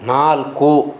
ನಾಲ್ಕು